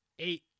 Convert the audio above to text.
Eight